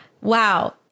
Wow